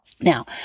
Now